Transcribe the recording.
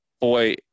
boy